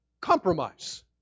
compromise